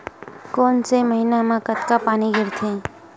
कोन से महीना म कतका पानी गिरथे?